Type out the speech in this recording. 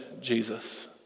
Jesus